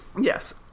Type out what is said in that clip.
Yes